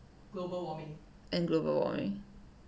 end global warming